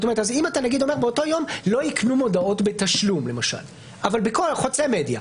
אתה אומר למשל שבאותו יום לא יקנו מודעות בתשלום למשל חוצה מדיה.